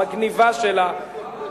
המגניבה שלה,